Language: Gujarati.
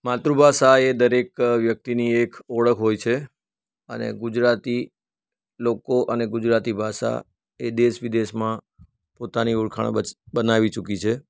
માતૃભાષા એ દરેક વ્યક્તિની એક ઓળખ હોય છે અને ગુજરાતી લોકો અને ગુજરાતી ભાષા એ દેશ વિદેશમાં પોતાની ઓળખાણ બનાવી ચૂકી છે